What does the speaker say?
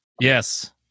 Yes